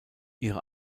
ihre